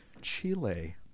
Chile